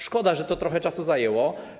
Szkoda, że to trochę czasu zajęło.